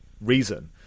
reason